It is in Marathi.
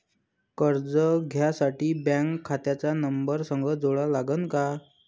कर्ज घ्यासाठी बँक खात्याचा नंबर संग जोडा लागन का?